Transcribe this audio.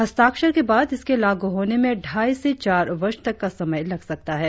हस्ताक्षर के बाद इसके लागू होने में ढ़ाई से चार वर्ष तक का समय लग सकता है